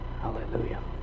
Hallelujah